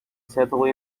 settle